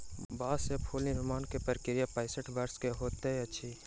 बांस से फूल निर्माण के प्रक्रिया पैसठ वर्ष के होइत अछि